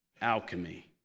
alchemy